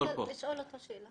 אני רוצה לשאול אותו שאלה.